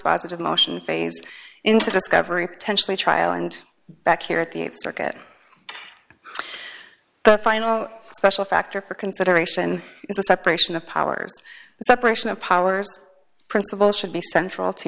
dispositive motion phase into discovery potentially trial and back here at the circuit the final special factor for consideration is the separation of powers the separation of powers principle should be central to